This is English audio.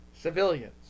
civilians